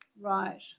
Right